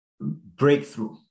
breakthrough